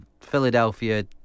Philadelphia